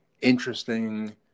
interesting